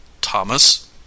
thomas